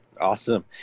Awesome